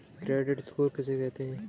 Credit score किसे कहते हैं?